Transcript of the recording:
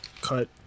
cut